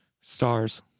stars